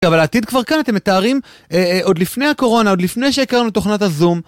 אבל העתיד כבר כאן, אתם מתארים עוד לפני הקורונה, עוד לפני שהכרנו תוכנת הזום.